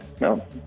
no